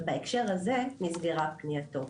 ובהקשר הזה נסגרה פנייתו,